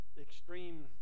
extreme